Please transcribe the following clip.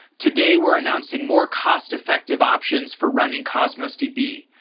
today, we're announcing more cost-effective options for running cosmos db.